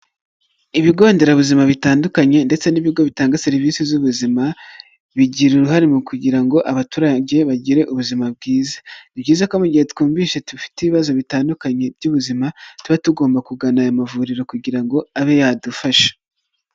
Ibigo nderabuzima bitandukanye ndetse n'ibigo bitanga serivisi z'ubuzima bigira uruhare mu kugira ngo abaturage bagire ubuzima bwiza, ni byiza ko mu gihe twumvise dufite ibibazo bitandukanye by'ubuzima tuba tugomba kugana aya mavuriro kugira ngo abe yadufasha.